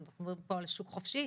אנחנו מדברים פה על שוק חופשי,